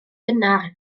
gynnar